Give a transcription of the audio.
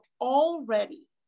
already